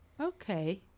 Okay